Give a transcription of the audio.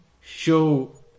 show